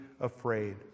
afraid